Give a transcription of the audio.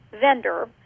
vendor